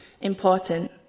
important